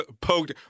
poked